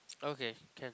okay can